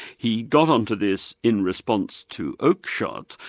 he got on to this in response to oakeshott,